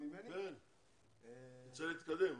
צריך להתקדם.